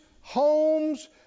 homes